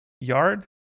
yard